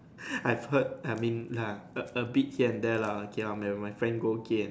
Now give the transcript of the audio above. I've heard I mean nah a a bit here and there lah okay my friend go and